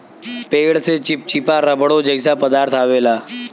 पेड़ से चिप्चिपा रबड़ो जइसा पदार्थ अवेला